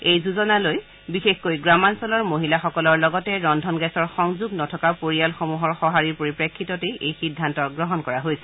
এই যোজনালৈ বিশেষকৈ গ্ৰামাঞ্চলৰ মহিলাসকলৰ লগতে ৰদ্ধন গেছৰ সংযোগ নথকা পৰিয়ালসমূহৰ সহাৰিৰ পৰিপ্ৰেক্ষিততে এই সিদ্ধান্ত গ্ৰহণ কৰা হৈছিল